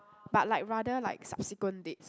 but like rather like subsequent dates